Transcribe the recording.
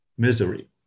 Misery